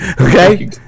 Okay